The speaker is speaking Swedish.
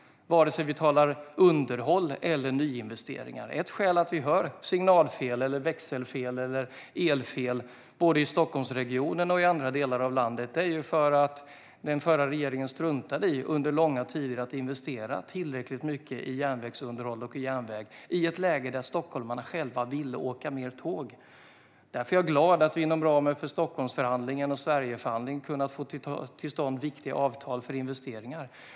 Detta gäller såväl underhåll som nyinvesteringar. Ett skäl till att vi har signalfel, växelfel och elfel, både i Stockholmsregionen och i andra delar av landet, är att den förra regeringen under lång tid struntade i att investera tillräckligt mycket i järnvägsunderhåll och järnväg. Detta var i ett läge då stockholmarna själva ville åka mer tåg. Därför är jag glad att vi inom ramen för Stockholmsförhandlingen och Sverigeförhandlingen har kunnat få till stånd viktiga avtal för investeringar.